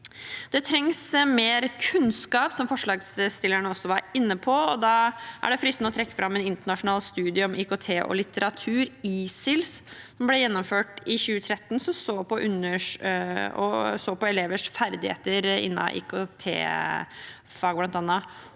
Det trengs mer kunnskap, som forslagsstillerne også var inne på, og da er det fristende å trekke fram en internasjonal studie om IKT og litteratur, ICILS, som ble gjennomført i 2013, der man bl.a. så på elevers ferdigheter innen IKT-faget.